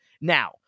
Now